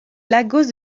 lagos